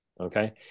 Okay